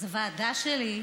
אז הוועדה שלי,